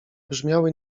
brzmiały